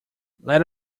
let